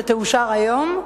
שתאושר היום,